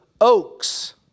oaks